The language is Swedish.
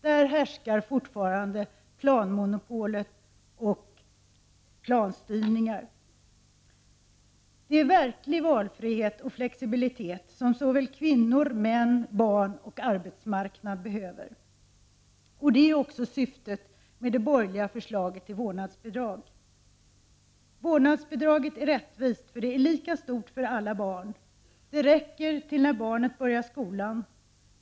Där härskar fortfarande planmonopolet och planstyrningar. Det är verklig valfrihet och flexibilitet som såväl kvinnor och män som barn och arbetsmarknad behöver. Det är också syftet med det borgerliga förslaget till vårdnadsbidrag: Vårdnadsbidraget är rättvist, för det är lika stort för alla barn. Det räcker tills barnet börjar skolan.